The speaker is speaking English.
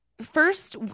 first